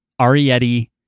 Arietti